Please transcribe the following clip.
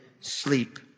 sleep